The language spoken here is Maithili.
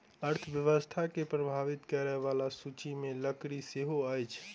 अर्थव्यवस्था के प्रभावित करय बला सूचि मे लकड़ी सेहो अछि